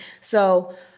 So-